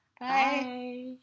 Bye